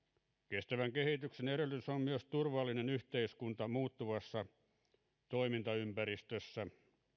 kestävän kehityksen edellytys on myös turvallinen yhteiskunta muuttuvassa toimintaympäristössä